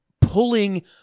pulling